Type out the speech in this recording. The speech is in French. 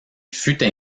fut